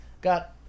Got